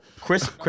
Chris